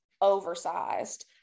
oversized